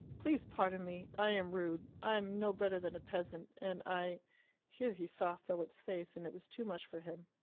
please pardon me i am rude. i am no better than a peasant, and i here he saw philip's face, and it was too much for him.